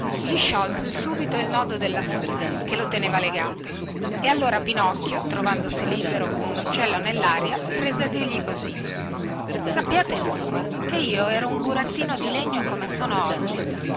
gli sciolse subito il nodo della fune che lo teneva legato e allora pinocchio trovandosi libero come un uccello nellaria prese a dirgli così sappiate dunque che io ero un burattino di legno come sono oggi